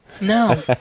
No